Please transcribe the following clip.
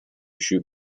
shoot